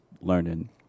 learning